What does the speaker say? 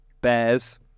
Bears